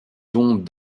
tombent